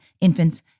infants